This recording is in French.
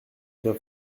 bien